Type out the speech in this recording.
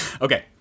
Okay